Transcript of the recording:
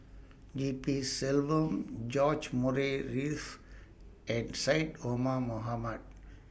G P Selvam George Murray Reith and Syed Omar Mohamed